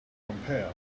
compare